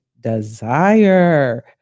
desire